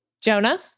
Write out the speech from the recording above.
Jonah